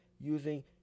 using